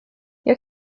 jag